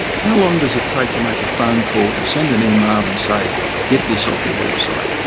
how long does it take to make a phone call or send an email and say get this off your website?